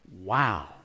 wow